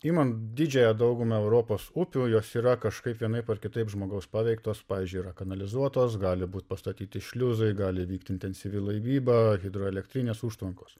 iman didžiąją daugumą europos upių jos yra kažkaip vienaip ar kitaip žmogaus paveiktos pavyzdžiui yra kanalizuotos gali būt pastatyti šliuzai gali vykti intensyvi laivyba hidroelektrinės užtvankos